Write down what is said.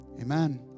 Amen